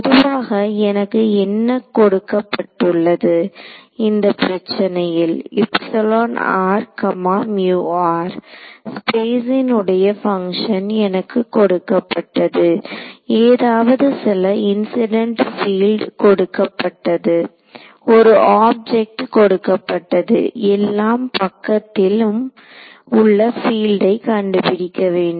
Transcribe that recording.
பொதுவாக எனக்கு என்ன கொடுக்கப்பட்டுள்ளது இந்த பிரச்சனையில் ஸ்பேஸின் உடைய பங்க்ஷன் எனக்கு கொடுக்கப்பட்டது ஏதாவது சில இன்சிடென்ட் பீல்ட் கொடுக்கப்பட்டது ஒரு ஆப்ஜெக்ட் கொடுக்கப்பட்டது எல்லா பக்கத்திலும் உள்ள பீல்ட்டை கண்டுபிடிக்க வேண்டும்